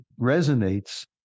resonates